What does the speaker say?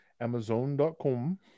Amazon.com